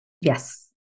Yes